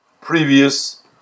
previous